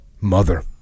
mother